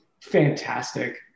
fantastic